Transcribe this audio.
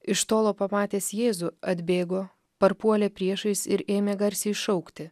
iš tolo pamatęs jėzų atbėgo parpuolė priešais ir ėmė garsiai šaukti